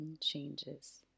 changes